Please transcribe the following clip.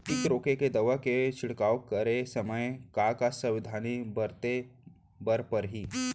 किट रोके के दवा के छिड़काव करे समय, का का सावधानी बरते बर परही?